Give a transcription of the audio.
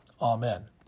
Amen